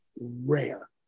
rare